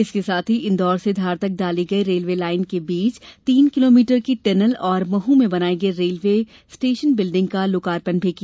इसके साथ ही इन्दौर से धार तक डाली गई रेलवे लाइन के बीच तीन किलोमीटर की टेनल और महू में बनाई गई रेलवे स्टेशन बिल्डिंग का लोकार्पण भी किया